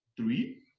three